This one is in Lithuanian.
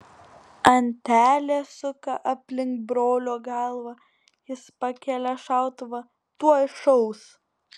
antelė suka aplink brolio galvą jis pakelia šautuvą tuoj šaus